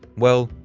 well,